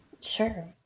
Sure